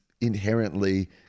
inherently